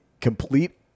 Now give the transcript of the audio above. complete